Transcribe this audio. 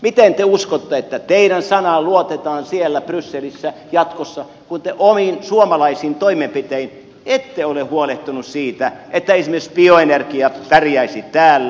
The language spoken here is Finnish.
miten te uskotte että teidän sanaanne luotetaan siellä brysselissä jatkossa kun te omin suomalaisin toimenpitein ette ole huolehtinut siitä että esimerkiksi bioenergia pärjäisi täällä